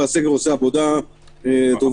והסגר עושה עבודה טובה.